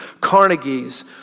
Carnegie's